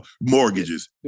mortgages